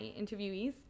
interviewees